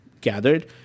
gathered